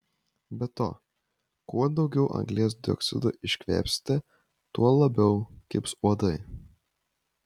be to kuo daugiau anglies dioksido iškvėpsite tuo labiau kibs uodai